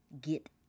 get